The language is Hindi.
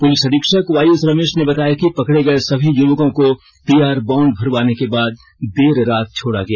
पुलिस अधीक्षक वाइएस रमेष ने बताया कि पकड़े गए सभी युवकों को पीआर बॉण्ड भरवाने के बाद देर रात छोड़ा गया